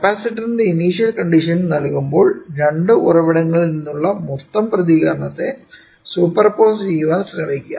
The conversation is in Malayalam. കപ്പാസിറ്ററിന്റെ ഇനിഷ്യൽ കണ്ടിഷൻസ് നൽകുമ്പോൾ രണ്ട് ഉറവിടങ്ങളിൽ നിന്നുള്ള മൊത്തം പ്രതികരണത്തെ സൂപ്പർപോസ് ചെയ്യാൻ ശ്രമിക്കുക